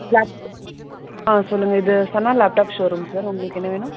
lab ஆ சொல்லுங்கள் இது செனா லேப்டாப் ஷோ ரூம்ஸ் சார் உங்களுக்கு என்ன வேணும்